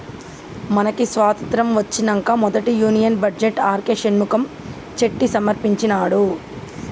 మనకి స్వతంత్రం ఒచ్చినంక మొదటి union budget R K Shanmukham Chetty సమర్పించినాడు